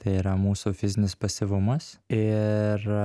tai yra mūsų fizinis pasyvumas ir